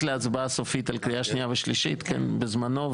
להצעה סופית לקריאה שנייה ושלישית בזמנו,